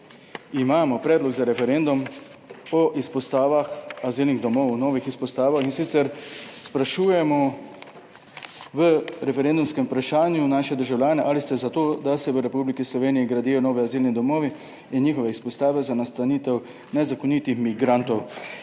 imamo predlog za referendum o izpostavah azilnih domov, o novih izpostavah, in sicer sprašujemo v referendumskem vprašanju naše državljane: ali ste za to, da se v Republiki Sloveniji gradijo novi azilni domovi in njihove izpostave za nastanitev nezakonitih migrantov?